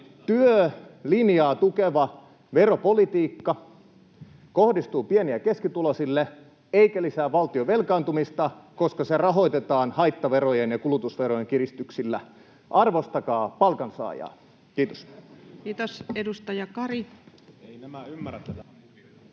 työlinjaa tukeva veropolitiikka kohdistuu pieni- ja keskituloisille eikä lisää valtion velkaantumista, koska se rahoitetaan haittaverojen ja kulutusverojen kiristyksillä. Arvostakaa palkansaajaa. — Kiitos. [Antti Lindtman: Kyllä